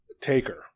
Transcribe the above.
Taker